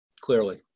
clearly